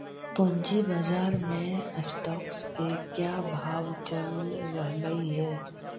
पूंजी बाजार में स्टॉक्स के क्या भाव चल रहलई हे